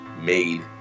made